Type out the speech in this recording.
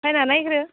फायना नायग्रो